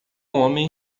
homem